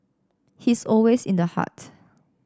he's always in the heart